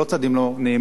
אלו לא צעדים לא נעימים,